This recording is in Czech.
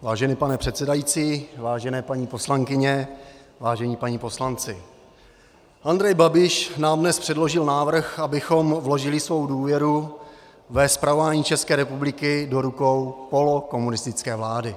Vážený pane předsedající, vážené paní poslankyně, vážení páni poslanci, Andrej Babiš nám dnes předložil návrh, abychom vložili svou důvěru ve spravování České republiky do rukou polokomunistické vlády.